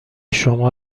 شما